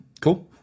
Cool